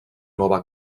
nova